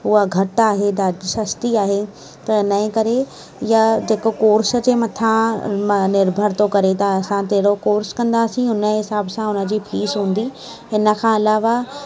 उहा घटि आहे ॾाढी सस्ती आहे त उनजे करे या जेको कोर्स जे मथां म निर्भर थो करे त असां कहिड़ो कोर्स कंदासीं उनजे हिसाब सां हुनजी फीस हूंदी हिनखां अलावा